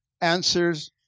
answers